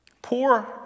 Poor